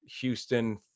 Houston